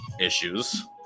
issues